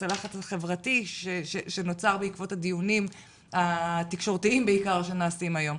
את הלחץ החברתי שנוצר בעקבות הדיונים התקשורתיים בעיקר שנעשים היום.